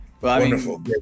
wonderful